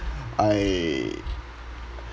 I